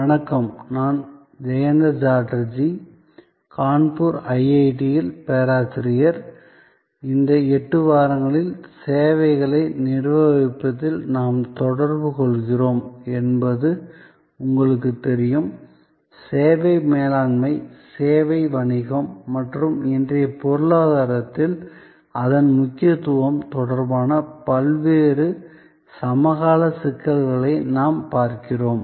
வணக்கம் நான் ஜெயந்த சாட்டர்ஜி கான்பூர் ஐஐடியில் பேராசிரியர் இந்த 8 வாரங்களில் சேவைகளை நிர்வகிப்பதில் நாம் தொடர்பு கொள்கிறோம் என்பது உங்களுக்குத் தெரியும் சேவை மேலாண்மை சேவை வணிகம் மற்றும் இன்றைய பொருளாதாரத்தில் அதன் முக்கியத்துவம் தொடர்பான பல்வேறு சமகால சிக்கல்களை நாம் பார்க்கிறோம்